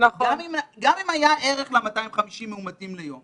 גם אם היה ערך לנתון "250 מאומתים ליום"